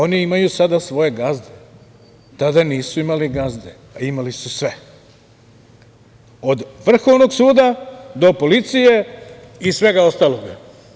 Oni imaju sada svoje gazde, tada nisu imali gazde, a imali su sve, od vrhovnog suda, do policije i svega ostalog.